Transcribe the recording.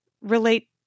relate